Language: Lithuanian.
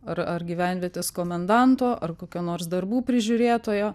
ar ar gyvenvietės komendanto ar kokio nors darbų prižiūrėtojo